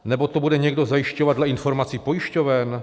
Nebo to bude někdo zajišťovat dle informací pojišťoven?